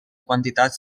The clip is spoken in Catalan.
quantitats